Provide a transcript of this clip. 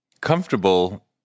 comfortable